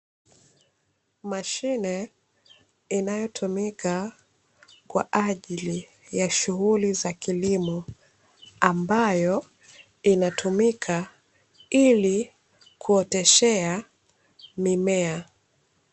Mashine inayotumika kwa ajili ya shughuli za kilimo, ambayo inatumika ili kuoteshea mimea.